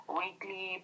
weekly